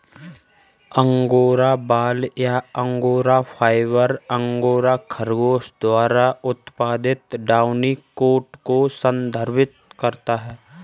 angora बाल या angora fibre, angora खरगोश द्वारा उत्पादित डाउनी कोट को संदर्भित करता है